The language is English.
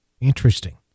Interesting